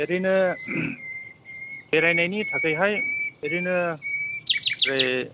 ओरैनो बेरायनायनि थाखायहाय ओरैनो बे